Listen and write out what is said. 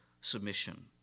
submission